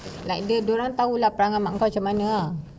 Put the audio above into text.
like they dia orang tahu perangai mak kau macam mana